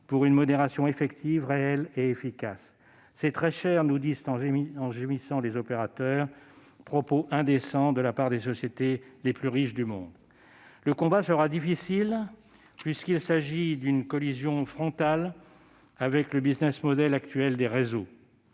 pour une modération effective, réelle et efficace. « C'est très cher », nous disent-elles en gémissant. De tels propos sont indécents de la part des sociétés les plus riches du monde. Le combat sera difficile puisqu'il s'agit d'une collision frontale avec le actuel des réseaux,